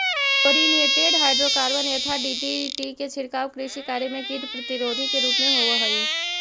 chlorinated hydrocarbon यथा DDT के छिड़काव कृषि कार्य में कीट प्रतिरोधी के रूप में होवऽ हई